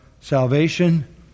salvation